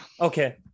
Okay